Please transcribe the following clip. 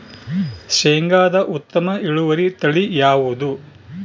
ಶೇಂಗಾದ ಉತ್ತಮ ಇಳುವರಿ ತಳಿ ಯಾವುದು?